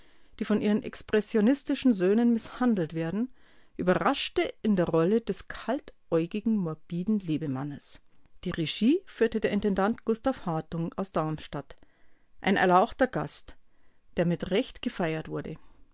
die von ihren expressionistischen söhnen mißhandelt werden überraschte in der rolle des kaltäugigen morbiden lebemannes die regie führte der intendant gustav hartung aus darmstadt ein erlauchter gast der mit recht gefeiert wurde